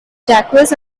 jacques